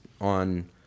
on